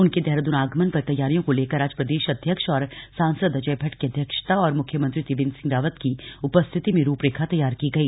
उनके देहराद्रन आगामन पर तैयारियों को लेकर आज प्रदेश अध्यक्ष और सांसद अजय भट्ट की अध्यक्षता और मुख्यमंत्री त्रिवेंद्र सिंह रावत की उपस्थिति में रूपरेखा तैयार की गई